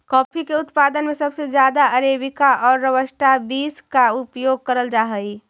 coffee के उत्पादन में सबसे ज्यादा अरेबिका और रॉबस्टा बींस का उपयोग करल जा हई